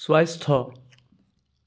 স্বাস্থ্য